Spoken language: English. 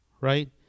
right